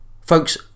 Folks